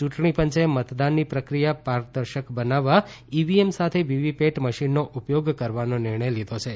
યુંટણી પંચે મતદાનની પ્રક્રિયા પારદર્શક બનાવવા ઇવીએમ સાથે વીવીપેટ મશીનનો ઉપયોગ કરવાનો નિર્ણય લીધો છે